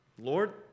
Lord